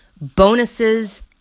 bonuses